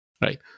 right